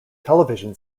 television